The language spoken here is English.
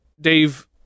Dave